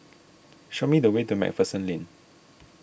show me the way to MacPherson Lane